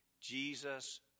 Jesus